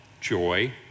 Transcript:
joy